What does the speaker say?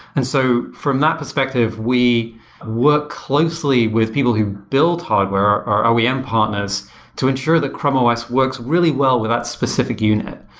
and so from that perspective, we work closely with people who build hardware or oem um partners to ensure that chrome os works really well with that specific unit.